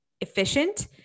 efficient